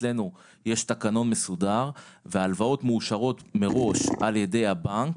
אצלנו יש תקנון מסודר וההלוואות מאושרות מראש על ידי הבנק,